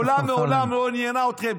מדינת ישראל מעולם מעולם לא עניינה אתכם.